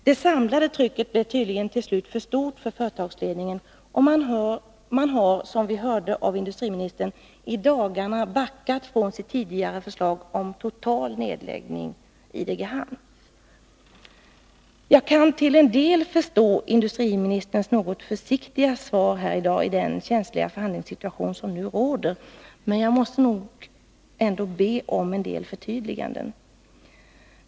Det samlade trycket blev tydligen till slut för stort för företagsledningen, och man har, som vi hörde av industriministern, i dagarna backat från sitt tidigare förslag om total nedläggning i Degerhamn. Jag kan till en del förstå industriministerns något försiktiga svar här i dag, i den känsliga förhandlingssituation som nu råder. Men jag måste nog ändå be om en del förtydliganden.